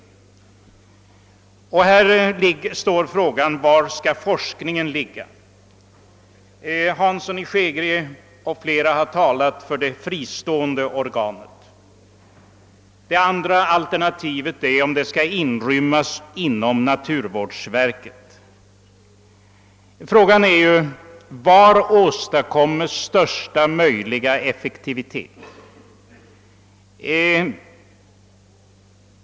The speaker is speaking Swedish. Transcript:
Här uppstår frågan, var forskningen bör ligga. Herr Hansson i Skegrie och flera andra har talat för det fristående organet. Det andra alternativet är om forskningsorganet skall inrymmas inom naturvårdsverkets ram. Frågan är: Var åstadkommes största möjliga effektivitet?